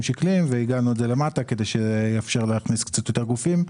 שקליים ועיגלנו את זה למטה כדי שזה יאפשר להכניס קצת יותר גופים.